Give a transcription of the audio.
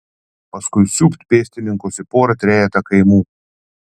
paskui siūbt pėstininkus į porą trejetą kaimų